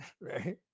right